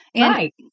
Right